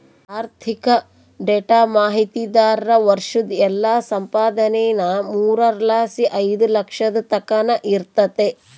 ಆರ್ಥಿಕ ಡೇಟಾ ಮಾಹಿತಿದಾರ್ರ ವರ್ಷುದ್ ಎಲ್ಲಾ ಸಂಪಾದನೇನಾ ಮೂರರ್ ಲಾಸಿ ಐದು ಲಕ್ಷದ್ ತಕನ ಇರ್ತತೆ